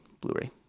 Blu-ray